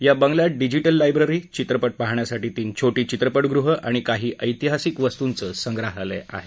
या बंगल्यात digital library चित्रपट पाहण्यासाठी तीन छोटी चित्रपटगृह आणि काही ऐतिहासिक वस्तूंचं संग्रहालय आहे